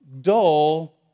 dull